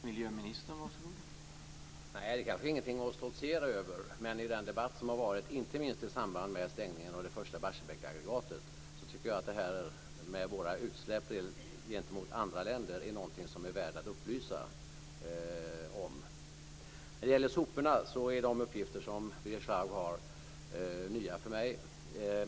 Herr talman! Nej, det kanske inte är någonting att stoltsera över. Men i den debatt som har förts, inte minst i samband med stängningen av det första Barsebäcksaggregatet, tycker jag att Sveriges utsläpp gentemot andra länders är något som är värt att upplysa om. De uppgifter som Birger Schlaug har om soporna är nya för mig.